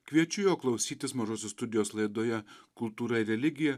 kviečiu jo klausytis mažosios studijos laidoje kultūra ir religija